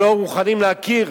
הם לא מוכנים להכיר,